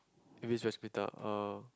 in which uh